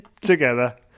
together